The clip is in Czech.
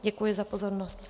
Děkuji za pozornost.